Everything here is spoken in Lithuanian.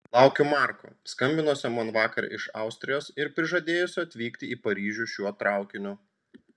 laukiu marko skambinusio man vakar iš austrijos ir prižadėjusio atvykti į paryžių šiuo traukiniu